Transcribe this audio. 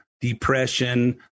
depression